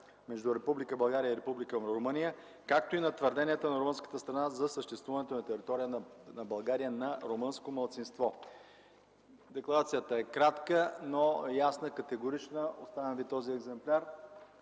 между Република България и Република Румъния, както и на твърденията на румънската страна за съществуването на територията на България на румънско малцинство.” Декларацията е кратка, но ясна и категорична. Оставям Ви този екземпляр.